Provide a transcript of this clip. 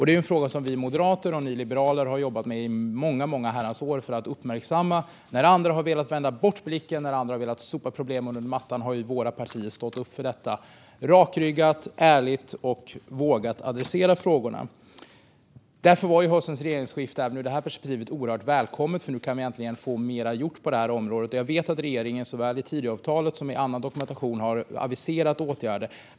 Det är en fråga som vi moderater och ni liberaler har jobbat med i många herrans år för att uppmärksamma. När andra har velat vända bort blicken och sopa problemen under mattan har våra partier stått upp för detta rakryggat och ärligt och vågat adressera dessa frågor. Därför var höstens regeringsskifte välkommet även ur detta perspektiv, för nu kan vi äntligen få mer gjort på detta område. Jag vet att regeringen såväl i Tidöavtalet som i annan dokumentation har aviserat åtgärder.